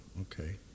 Okay